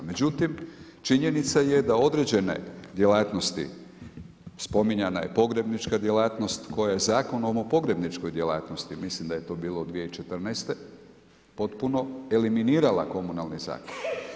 Međutim, činjenica je da određene djelatnosti spominjana je pogrebnička djelatnosti koja je Zakonom o pogrebničkoj djelatnosti mislim da je to bilo 2014., potpuno eliminirala komunalni zakon.